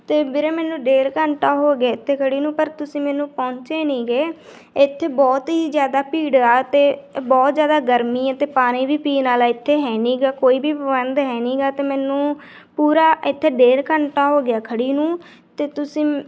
ਅਤੇ ਵੀਰੇ ਮੈਨੂੰ ਡੇਢ ਘੰਟਾ ਹੋ ਗਿਆ ਇੱਥੇ ਖੜ੍ਹੀ ਨੂੰ ਪਰ ਤੁਸੀਂ ਮੈਨੂੰ ਪਹੁੰਚੇ ਨਹੀਂ ਹੈਗੇ ਇੱਥੇ ਬਹੁਤ ਹੀ ਜ਼ਿਆਦਾ ਭੀੜ ਆ ਅਤੇ ਬਹੁਤ ਜ਼ਿਆਦਾ ਗਰਮੀ ਆ ਅਤੇ ਪਾਣੀ ਵੀ ਪੀਣ ਵਾਲਾ ਇੱਥੇ ਹੈ ਨਹੀਂ ਹੈਗਾ ਕੋਈ ਵੀ ਪ੍ਰਬੰਧ ਹੈ ਨਹੀਂ ਹੈਗਾ ਅਤੇ ਮੈਨੂੰ ਪੂਰਾ ਇੱਥੇ ਡੇਢ ਘੰਟਾ ਹੋ ਗਿਆ ਖੜ੍ਹੀ ਨੂੰ ਅਤੇ ਤੁਸੀਂ